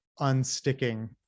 unsticking